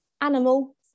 animal